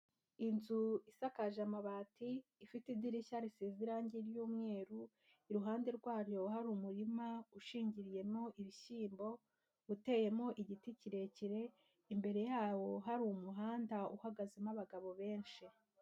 Inzu isakaje amabati ifite idirishya risize irangi ry'umweru, iruhande rwayo hari umurima ushingiriyemo ibishyimbo, uteyemo igiti kirekire, imbere yawo hari umuhanda uhagazemo abagabo benshi.